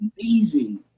amazing